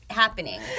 happening